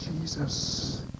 Jesus